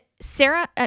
Sarah